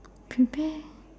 prepare